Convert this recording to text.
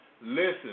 Listen